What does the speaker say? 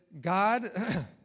God